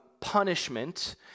punishment